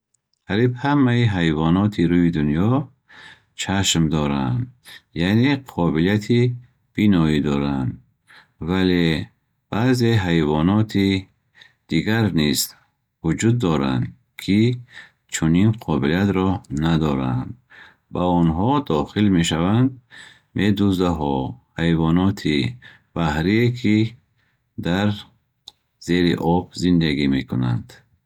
Қариб ҳамаи ҳайвоноти руи дунё чашм доранд, яъне қобилияти биноӣ доранд. вале баъзе ҳайвоноти дигар низ вуҷуд доранд, ки чунин қобилиятро надоранд. ба онҳо дохил мешаванд медузаҳо, ҳайвоноти баҳрие, ки дар зери об зиндагӣ мекунанд.